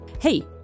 Hey